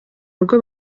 rugo